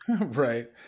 Right